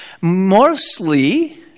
Mostly